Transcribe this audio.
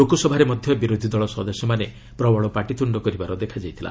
ଲୋକସଭାରେ ମଧ୍ୟ ବିରୋଧୀ ଦଳ ସଦସ୍ୟମାନେ ମଧ୍ୟ ପ୍ରବଳ ପାଟିତୁଣ୍ଡ କରିବାର ଦେଖାଯାଇଥିଲା